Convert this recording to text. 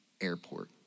airport